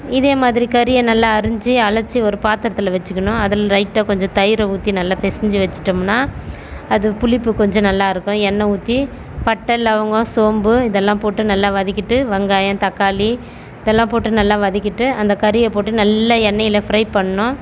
இதேமாதிரி கறியை நல்லா அரிஞ்சு அலச்சு ஒரு பாத்திரத்தில் வச்சுக்கணும் அதில் லைட்டாக கொஞ்சம் தயிரை ஊற்றி நல்லா பெசைஞ்சு வச்சுட்டமுன்னால் அது புளிப்பு கொஞ்சம் நல்லா இருக்கும் எண்ணெய் ஊற்றி பட்டை லவங்கம் சோம்பு இதெல்லாம் போட்டு நல்லா வதக்கிவிட்டு வெங்காயம் தக்காளி இதெல்லாம் போட்டு நல்லா வதக்கிவிட்டு அந்த கறியை போட்டு நல்லா எண்ணெயில் ஃப்ரை பண்ணணும்